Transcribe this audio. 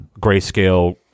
grayscale